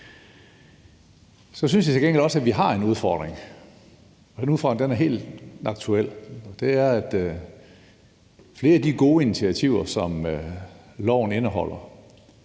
Så synes jeg til gengæld også, vi har en udfordring, og den udfordring er helt aktuel, og det er, at flere af de gode initiativer, som lovforslaget indeholder,